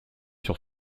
sur